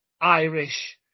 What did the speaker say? Irish